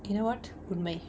you know what உண்மை:unmai